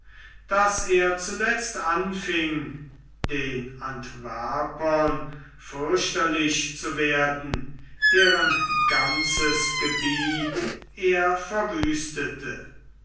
daß er zuletzt anfing den antwerpern fürchterlich zu werden deren ganzes gebiet er verwüstete